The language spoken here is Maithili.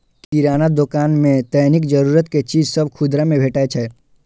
किराना दोकान मे दैनिक जरूरत के चीज सभ खुदरा मे भेटै छै